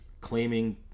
claiming